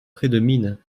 prédomine